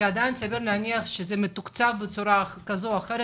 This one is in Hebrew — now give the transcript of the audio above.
כי עדיין סביר להניח שזה מתוקצב בצורה כזו או אחרת.